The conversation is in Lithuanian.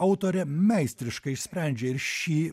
autorė meistriškai išsprendžia ir šį